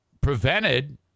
prevented